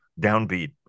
downbeat